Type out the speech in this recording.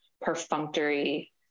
perfunctory